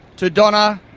to donna,